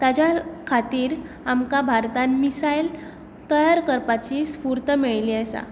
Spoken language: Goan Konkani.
ताज्या खातीर आमकां भारतांत मिसायल तयार करपाची स्फुर्त मेळिल्ली आसा